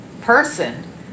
person